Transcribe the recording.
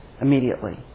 immediately